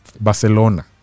Barcelona